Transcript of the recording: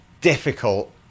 difficult